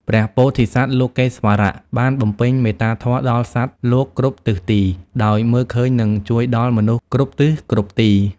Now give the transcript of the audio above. ព្រះពោធិសត្វ លោកេស្វរៈ បានបំពេញមេត្តាធម៌ដល់សត្វលោកគ្រប់ទិសទី ដោយមើលឃើញនិងជួយដល់មនុស្សគ្រប់ទិសគ្រប់ទី។